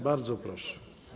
Bardzo proszę.